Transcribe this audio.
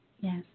Yes